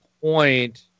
point